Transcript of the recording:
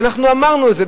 ואנחנו אמרנו את זה,